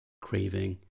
craving